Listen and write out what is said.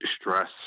stress